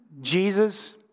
Jesus